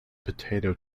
potato